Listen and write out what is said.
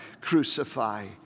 crucify